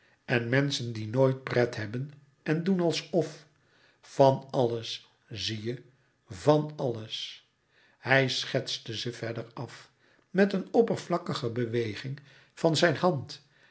en menschen die nooit pret hebben en doen alsof van alles zie je van alles hij schetste ze verder af met een oppervlakkige beweging van zijn hand